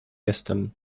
jestem